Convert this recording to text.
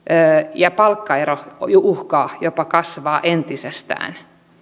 ja palkkaero uhkaa jopa kasvaa entisestään